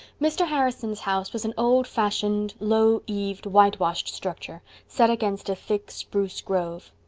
mr. harrison's house was an old-fashioned, low-eaved, whitewashed structure, set against a thick spruce grove.